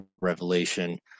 Revelation